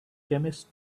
chemist